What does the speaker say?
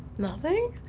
nothing?